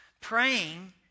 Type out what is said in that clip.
praying